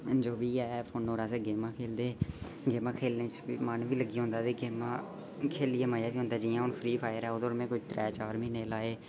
जो बी ऐ फोने 'र असें गेमां खेल्लदे गेमां खेल्लने च बी मन बी लग्गी जंदा ते गेमां खे'ल्लियै मजा बी औंदा जि'यां हून फ्री फायर ऐ ओह्दे 'र में कोई त्रैऽ चार म्हीने लाए